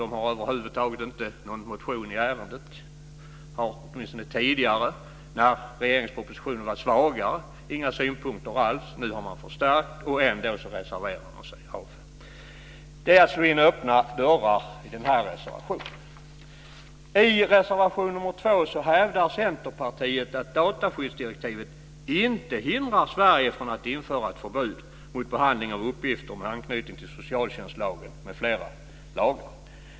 De har över huvud taget inte någon motion i ärendet. De hade åtminstone tidigare, när regeringspropositionen var svagare, inga synpunkter alls. Nu har man förstärkt. Ändå reserverar man sig. Med den här reservationen slår man in öppna dörrar. I reservation 2 hävdar Centerpartiet att dataskyddsdirektivet inte hindrar Sverige från att införa ett förbud mot behandling av uppgifter med anknytning till socialtjänstlagen m.fl. lagar.